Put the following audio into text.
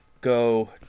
go